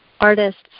artists